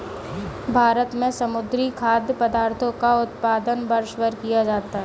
भारत में समुद्री खाद्य पदार्थों का उत्पादन वर्षभर किया जाता है